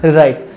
right